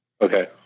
Okay